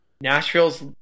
Nashville's